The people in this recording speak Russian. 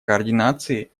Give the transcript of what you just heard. координации